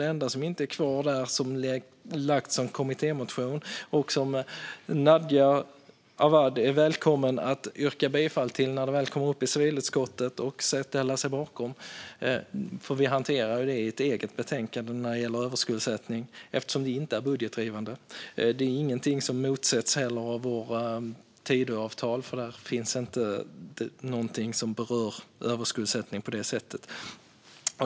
Det enda som inte är kvar där har det väckts en kommittémotion om. Den är Nadja Awad välkommen att ställa sig bakom när den behandlas i civilutskottet. Överskuldsättning hanterar vi nämligen i ett eget betänkande eftersom det inte är kopplat till budget. Överskuldsättning är inte heller någonting som finns med i Tidöavtalet.